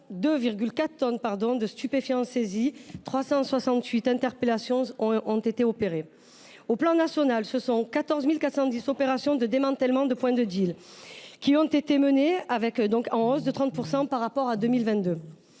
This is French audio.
2,4 tonnes de stupéfiants saisies, 368 interpellations opérées. À l’échelon national, ce sont 14 410 opérations de démantèlement de points de deal qui ont été menées, en hausse de 30 % par rapport à 2022.